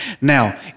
Now